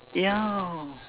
ya